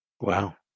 Wow